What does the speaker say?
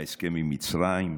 ההסכם עם מצרים,